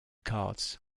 cards